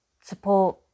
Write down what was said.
support